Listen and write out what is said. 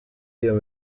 uyu